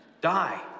die